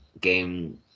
game